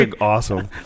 awesome